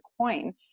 coin